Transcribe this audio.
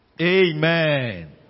Amen